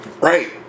right